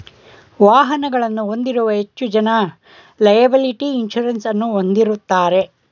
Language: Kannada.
ವಾಹನಗಳನ್ನು ಹೊಂದಿರುವ ಹೆಚ್ಚು ಜನ ಲೆಯಬಲಿಟಿ ಇನ್ಸೂರೆನ್ಸ್ ಅನ್ನು ಹೊಂದಿರುತ್ತಾರೆ